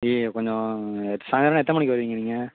ஐய்யயோ கொஞ்சம் சாய்ந்திரன்னா எத்தனை மணிக்கு வருவீங்க நீங்கள்